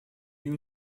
you